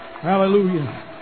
Hallelujah